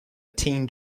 teen